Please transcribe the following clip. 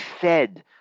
fed